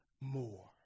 more